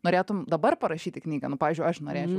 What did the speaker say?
norėtum dabar parašyti knygą nu pavyzdžiui aš norėčiau